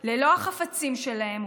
ללא החפצים שלהם,